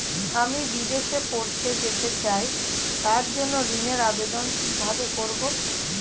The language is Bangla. আমি বিদেশে পড়তে যেতে চাই তার জন্য ঋণের আবেদন কিভাবে করব?